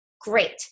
great